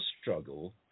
struggle